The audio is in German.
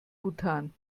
bhutan